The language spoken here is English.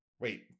Wait